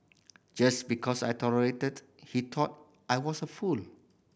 just because I tolerated he thought I was a fool